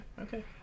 Okay